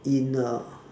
in the